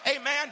amen